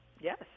Yes